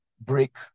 break